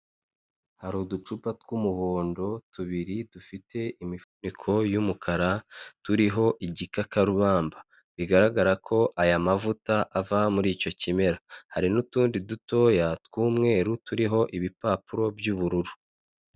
Hari uducupa tw'umuhondo tubiri dufite imifuniko y'umukara turiho igikakarubamba, bigaragara ko aya mavuta ava muri icyo kimera hari n'utundi dutoya tw'umweru turiho ibipapuro by'ubururu.